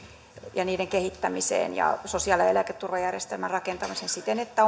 ja niiden kehittämiseen ja sosiaali ja eläketurvajärjestelmän rakentamiseen siten että